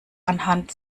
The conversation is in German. anhand